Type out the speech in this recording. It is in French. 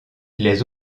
les